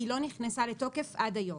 היא לא נכנסה לתוקף עד היום.